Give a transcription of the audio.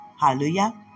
Hallelujah